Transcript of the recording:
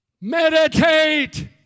meditate